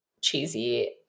cheesy